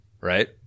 Right